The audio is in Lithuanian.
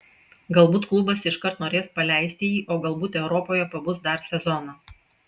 galbūt klubas iškart norės paleisti jį o galbūt europoje pabus dar sezoną